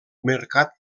mercat